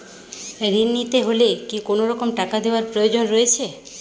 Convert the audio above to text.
ঋণ নিতে হলে কি কোনরকম টাকা দেওয়ার প্রয়োজন রয়েছে?